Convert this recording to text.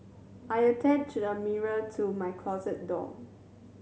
I attached a mirror to my closet door